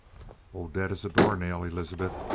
oh, dead as a doornail, elizabeth.